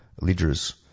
leaders